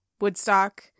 Woodstock